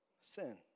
Sin